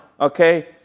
okay